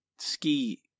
ski